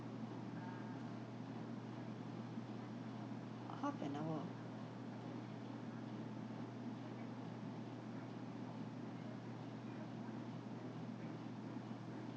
half an hour ah